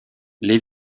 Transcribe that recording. les